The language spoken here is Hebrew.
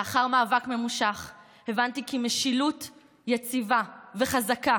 לאחר מאבק ממושך הבנתי כי משילות יציבה וחזקה